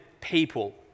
people